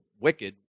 wicked